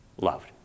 loved